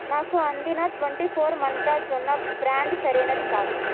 నాకు అందిన twenty four మంత్ర జొన్న బ్రాండ్ సరైనది కాదు